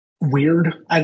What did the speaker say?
weird